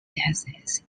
deaths